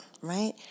right